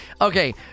Okay